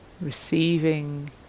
Receiving